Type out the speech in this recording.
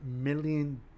million